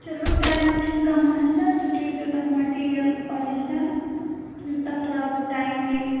چلو ٹایمُک چھُنہٕ کانٛہہ مَسلہٕ تُہۍ تھٲوزیٚو تَتھ میٹیٖریَل اورِجنَل تہٕ یُس تَتھ تھوڑا بہت ٹایم نیرِ